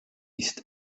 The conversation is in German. ist